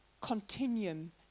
continuum